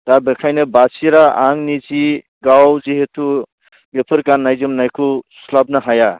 दा बेखायनो बासिरा आंनि सि गाव जेहेथु बेफोर गान्नाय जोमनायखौ सुस्लाबनो हाया